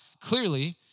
clearly